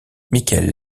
mickaël